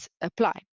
apply